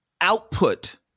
output